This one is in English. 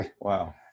Wow